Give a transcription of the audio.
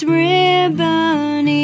ribbon